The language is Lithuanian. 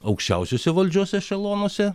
aukščiausiuose valdžios ešelonuose